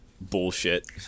bullshit